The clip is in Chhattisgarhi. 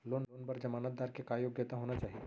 लोन बर जमानतदार के का योग्यता होना चाही?